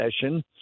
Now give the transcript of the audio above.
session